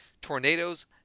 tornadoes